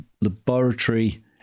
laboratory